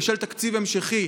בשל תקציב המשכי.